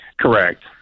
Correct